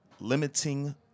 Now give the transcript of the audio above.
limiting